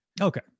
Okay